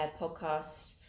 podcast